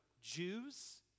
Jews